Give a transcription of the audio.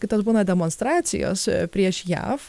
kai tos būna demonstracijos prieš jav